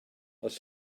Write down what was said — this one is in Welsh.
oes